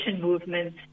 movement